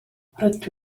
rydw